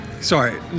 Sorry